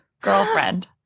girlfriend